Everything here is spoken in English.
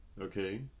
Okay